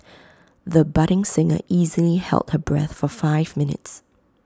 the budding singer easily held her breath for five minutes